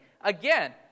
Again